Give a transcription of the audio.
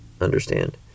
understand